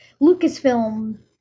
Lucasfilm